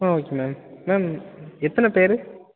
ஆ okay ma'am ma'am எத்தனை பேர்